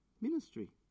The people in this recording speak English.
ministry